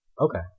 Okay